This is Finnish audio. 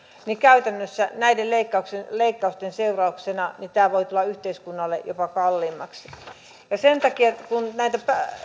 niin käytännössä näiden leikkausten seurauksena tämä voi tulla yhteiskunnalle jopa kalliimmaksi sen takia kun näitä